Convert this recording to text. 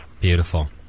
Beautiful